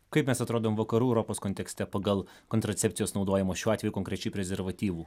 kaip mes atrodom vakarų europos kontekste pagal kontracepcijos naudojimo šiuo atveju konkrečiai prezervatyvų